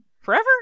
forever